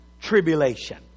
tribulation